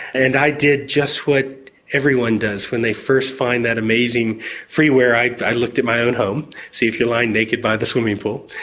and i did just what everyone does when they first find that amazing freeware, i i looked at my own home, see if you're lying naked by the swimming pool.